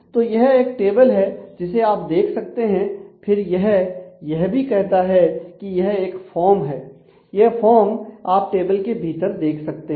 तो यह एक टेबल है जिसे आप देख सकते हैं फिर यह यह भी कहता है की यह एक फॉर्म है यह फॉर्म आप टेबल के भीतर देख सकते हैं